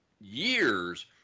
years